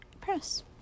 Press